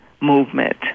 movement